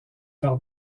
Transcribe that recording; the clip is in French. par